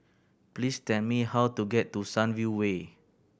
please tell me how to get to Sunview Way